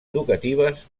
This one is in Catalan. educatives